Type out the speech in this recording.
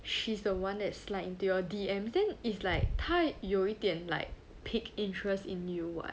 she's the one that slide into your D_M then it's like 她有一点 like pique interest in you [what]